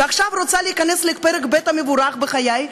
ועכשיו רוצה להיכנס לפרק ב' המבורך בחיי,